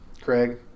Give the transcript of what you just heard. Craig